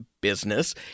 business